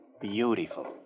Beautiful